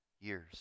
years